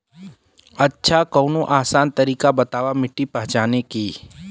अच्छा कवनो आसान तरीका बतावा मिट्टी पहचाने की?